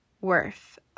worth